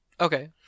Okay